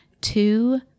two